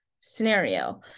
scenario